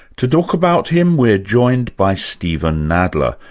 to talk about him we're joined by steven nadler,